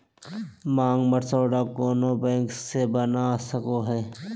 मांग मसौदा कोनो बैंक से बना सको हइ